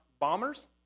Bombers